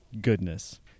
Goodness